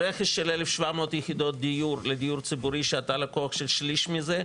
רכש של 1,700 יחידות דיור לדיור ציבורי שאתה לקוח של שליש מזה,